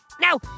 Now